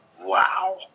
wow